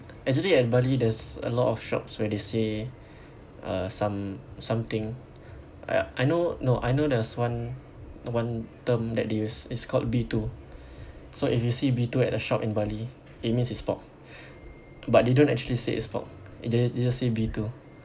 actually at Bali there's a lot of shops where they say uh some something I I know no I know there's one one term that they use it's called B two so if you see B two at a shop in Bali it means it's pork but they don't actually say it's pork they they just say B two